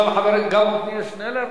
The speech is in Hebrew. מקובל גם על חברי עתניאל שנלר?